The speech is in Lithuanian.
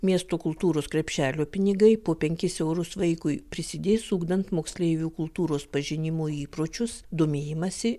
miesto kultūros krepšelio pinigai po penkis eurus vaikui prisidės ugdant moksleivių kultūros pažinimo įpročius domėjimąsi